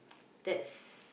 that's